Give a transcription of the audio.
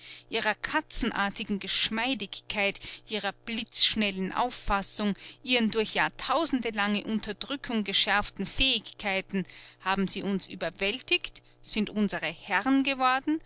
ihrer katzenartigen geschmeidigkeit ihrer blitzschnellen auffassung ihren durch jahrtausendelange unterdrückung geschärften fähigkeiten haben sie uns überwältigt sind unsere herren geworden